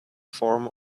form